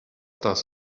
das